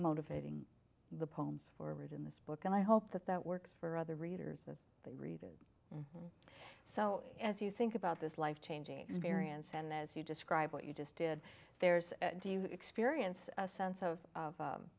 motivating the poems forward in this book and i hope that that works for other readers as they read it so as you think about this life changing experience and as you describe what you just did there's do you experience a sense